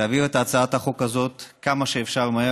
תעביר את הצעת החוק הזאת כמה שאפשר מהר,